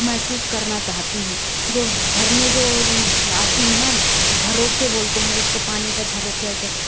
महसूस करना चाहती हूँ जो झरने जो आती हैं ना झरोखे बोलते हैं जिसको पानी का झरोके ऐसे